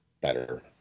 better